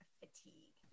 fatigue